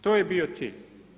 To je bio cilj.